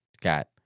got